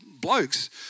blokes